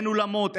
אין אולמות,